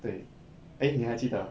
对 eh 你还记得 ah